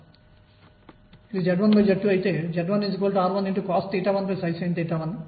కాబట్టి లెక్కించడంలో AApdx 2Em22Em22mE m22x2 dx ను 2Em22Em2m2Em 2 x2 dx గా వ్రాయగలను